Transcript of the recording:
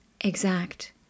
exact